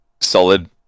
solid